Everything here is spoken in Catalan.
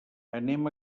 anem